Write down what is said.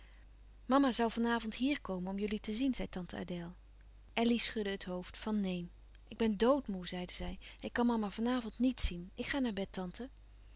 mama zoû van avond hier komen om jullie te zien zei tante adèle elly schudde het hoofd van neen ik ben doodmoê zeide zij ik kan mama van avond niet zien ik ga naar bed tante